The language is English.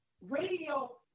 Radio